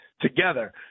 together